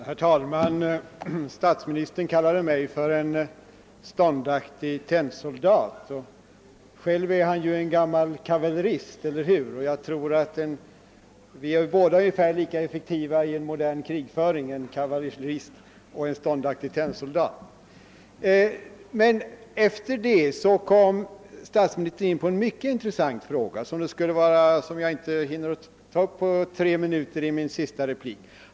Herr talman! Statsministern kallade mig ståndaktig tennsoldat. Själv är han gammal kavallerist, och jag tror att båda är ungefär lika effektiva i modern krigföring. Efter detta kom statsministern in på en mycket intressant fråga som jag inte hinner ta upp i en replik på tre minuter.